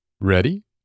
Ready